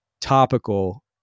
topical